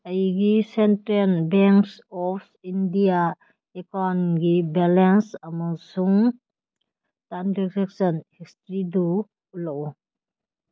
ꯑꯩꯒꯤ central bank of India ꯑꯦꯀꯥꯎꯟꯒꯤ balance ꯑꯃꯁꯨꯡ ꯇ꯭ꯔꯥꯟꯖꯦꯛꯁꯟ ꯍꯤꯁꯇ꯭ꯔꯤꯗꯨ ꯎꯠꯂꯛꯎ